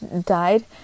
died